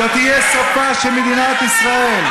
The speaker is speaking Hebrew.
זה יהיה סופה של מדינת ישראל,